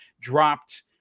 dropped